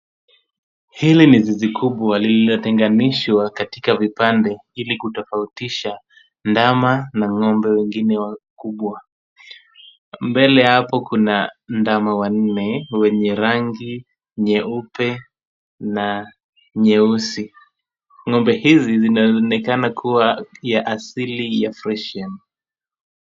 Hili ni zizi kubwa lililotenganishwa katika vipande ili kutofautisha ndama na ng'ombe wengine wakubwa. Mbele hapo kuna ndama wanne wenye rangi nyeupe na nyeusi. Ng'ombe hizi zinaonekana kuwa ya asili ya fresian .